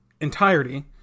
entirety